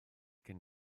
cyn